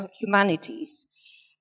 humanities